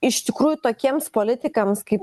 iš tikrųjų tokiems politikams kaip